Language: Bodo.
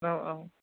औ औ